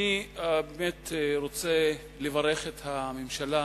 אני באמת רוצה לברך את הממשלה